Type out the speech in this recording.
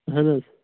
اہَن حظ